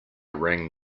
rang